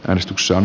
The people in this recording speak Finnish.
äänestyksen